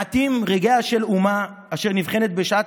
מעטים רגעיה של אומה אשר נבחנת בשעת